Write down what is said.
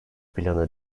planı